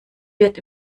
wird